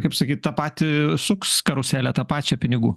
kaip sakyt tą patį suks karuselę tą pačią pinigų